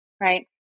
right